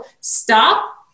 stop